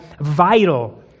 vital